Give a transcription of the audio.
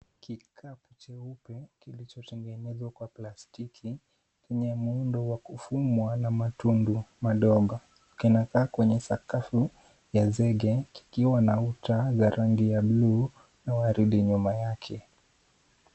Kikapu cheupe kilichotengenezwa kwa plastiki yenye muundo wa kufumwa na matundu madogo ,kinakaa kwenye sakafu ya zege kikiwa na uta za rangi ya buluu na waridi nyuma yake.